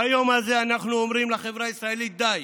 ביום הזה אנחנו אומרים לחברה הישראלית: די.